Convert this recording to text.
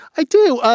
i do.